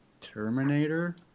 Terminator